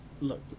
Look